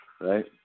right